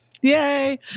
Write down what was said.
Yay